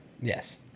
Yes